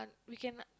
we can